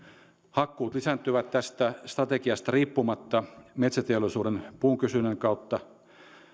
hakkuut lisääntyvät tästä strategiasta riippumatta metsäteollisuuden puunkysynnän kautta